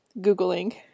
googling